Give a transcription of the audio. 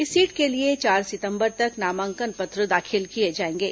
इस सीट के लिए चार सितंबर तक नामांकन पत्र दाखिल किए जाएंगे